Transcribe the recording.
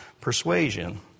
persuasion